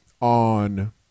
on